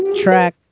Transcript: track